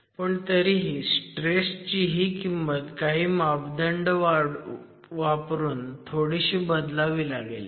पण तरीही स्ट्रेस ची ही किंमत काही मापदंड वापरून थोडीशी बदलावी लागेल